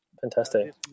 Fantastic